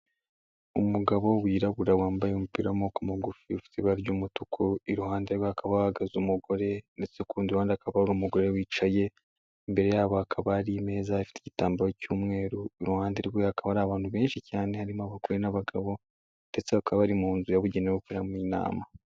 Umugabo wirabura wambaye umupira w'amaboko magufi ufite ibara ry'umutuku, iruhande rwe hakaba hahagaze umugore ndetse ku ruhande hakaba hari umugore wicaye, imbere yabo hakaba hari imeza ifite igitambaro cy'umweru, iruhande rwe hakaba hari abantu benshi cyane harimo abagore n'abagabo ndetse bakaba bari mu nzu yabugenewe yo gukoreramo inama.